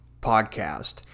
podcast